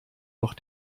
noch